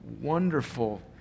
wonderful